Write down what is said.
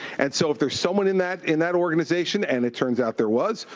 and so if there's someone in that in that organization, and it turns out there was,